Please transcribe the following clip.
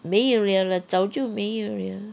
没 liao lah 早就没有 liao